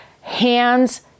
hands